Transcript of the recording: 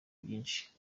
byinshi